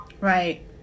Right